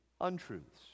untruths